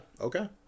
Okay